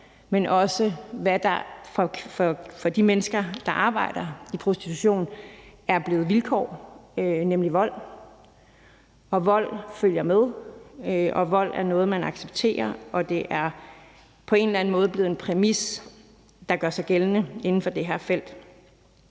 dels hvad der for de mennesker, der arbejder i prostitution, er blevet et vilkår, nemlig vold. Vold følger med, og vold er noget, man accepterer, og det er på en eller anden måde blevet en præmis, der gør sig gældende inden for det her felt.